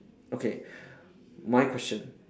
okay my question